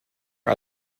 are